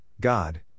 God